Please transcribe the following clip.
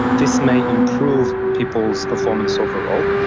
this may improve people's performance overall.